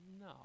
No